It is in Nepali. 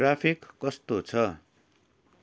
ट्राफिक कस्तो छ